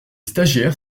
stagiaires